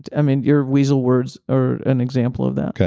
um and your weasel words are an example of that,